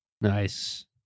Nice